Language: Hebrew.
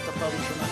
דב חנין,